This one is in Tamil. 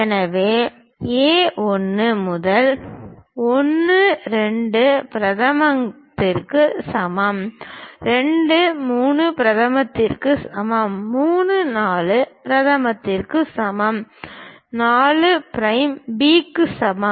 எனவே A 1 முதன்மை 1 2 பிரதமத்திற்கு சமம் 2 3 பிரதமத்திற்கு சமம் 3 4 பிரதமத்திற்கு சமம் 4 பிரைம் பி க்கு சமம்